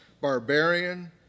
barbarian